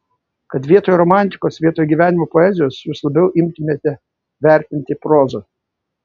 kad vietoj romantikos vietoj gyvenimo poezijos jūs labiau imtumėte vertinti prozą